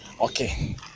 Okay